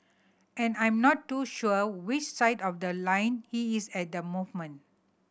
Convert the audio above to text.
and I'm not too sure which side of the line he is at the movement